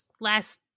last